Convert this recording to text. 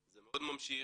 זה מאוד ממשיך.